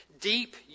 deep